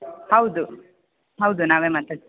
ಹೌದು ಹೌದು ನಾವೇ ಮಾತಾಡ್ತ್